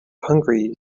hungary